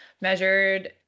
measured